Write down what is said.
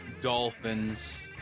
dolphins